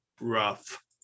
rough